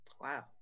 Wow